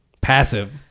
passive